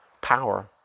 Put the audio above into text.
power